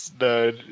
No